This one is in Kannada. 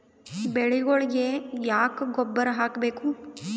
ಬೆಳಿಗೊಳಿಗಿ ಯಾಕ ಗೊಬ್ಬರ ಹಾಕಬೇಕು?